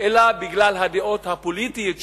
אלא זה נעשה בגלל הדעות הפוליטיות שלו.